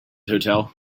hotel